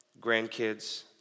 grandkids